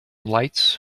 lights